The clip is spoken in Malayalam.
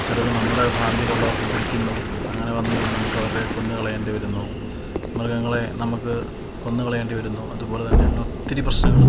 ചിലത് നമ്മുടെ ഫാമിലീലുള്ളവര്ക്കും പിടിക്കുന്നു അങ്ങനെ വന്നു കഴിയുമ്പോൾ നമുക്കവരെ കൊന്ന് കളയേണ്ടി വരുന്നു മൃഗങ്ങളെ നമുക്ക് കൊന്ന് കളയേണ്ടി വരുന്നു അതുപോലെ തന്നെ അങ്ങനെ ഒത്തിരി പ്രശ്നങ്ങൾ